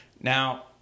Now